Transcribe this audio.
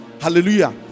hallelujah